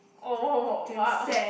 oh !wah!